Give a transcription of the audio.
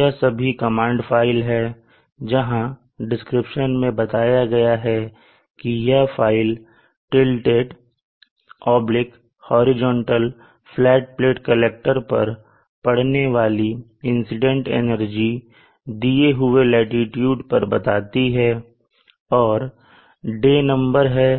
यह सभी command file हैं जहां डिस्क्रिप्शन में बताया गया है कि यह file tilted horizontal flat plate collector पर पड़ने वाली इंसीडेंट एनर्जी दिए हुए लाटीट्यूड पर बताती है और N डे नंबर है